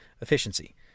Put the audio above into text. efficiency